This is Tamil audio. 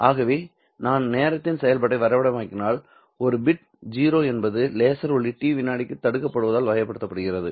ஆகவே நான் நேரத்தின் செயல்பாட்டை வரைபடமாக்கினால் ஒரு பிட் 0 என்பது லேசர் ஒளி T விநாடிகளுக்கு தடுக்கப்படுவதால் வகைப்படுத்தப்படுகிறது